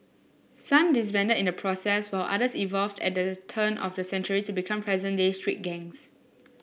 some disbanded in the process while others evolved at the turn of the century to become present day street gangs